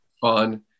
Fun